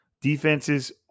defenses